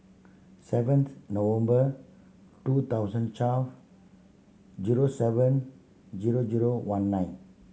seventh November two thousand twelve zero seven zero zero one nine